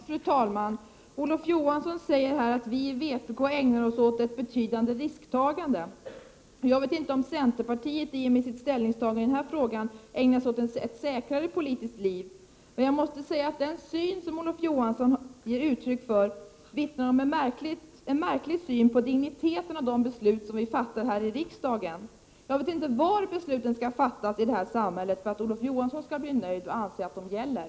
Fru talman! Olof Johansson säger att vi i vpk ägnar oss åt ett betydande risktagande. Jag vet inte om centerpartiet i och med sitt ställningstagande i denna fråga ägnar sig åt ett säkrare politiskt liv. Men jag måste säga att den syn som Olof Johansson ger uttryck för vittnar om en märklig syn på digniteten av de beslut som vi fattar här i riksdagen. Jag vet inte var besluten skall fattas i det här samhället för att Olof Johansson skall bli nöjd och anse att de gäller.